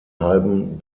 halben